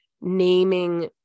naming